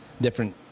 different